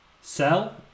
sell